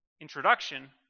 introduction